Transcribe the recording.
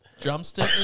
drumstick